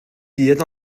byd